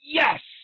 yes